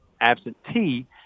absentee